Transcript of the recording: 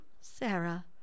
Sarah